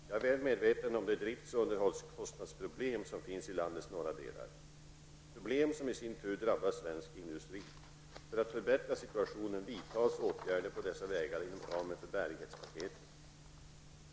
Jag är väl medveten om de drifts och underhållskostnadsproblem som finns i landets norra delar, problem som i sin tur drabbar svensk industri. För att förbättra situationen vidtas åtgärder på dessa vägar inom ramen för bärighetspaketet.